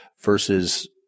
versus